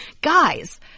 Guys